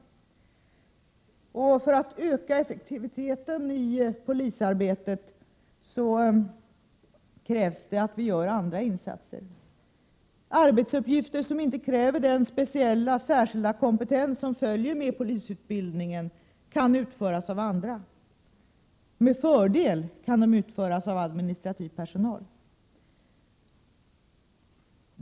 För att det skall vara möjligt att öka effektiviteten i polisarbetet behövs andra insatser. Arbetsuppgifter som inte kräver den speciella kompetens som följer med polisutbildningen kan utföras av andra — med fördel av administrativ personal.